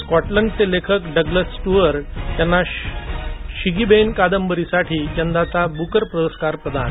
स्कॉटलंडचे लेखक Douglas Stuart यांना Shuggie Bain या कादंबरीसाठी यंदाचा बुकर पुरस्कार प्रदान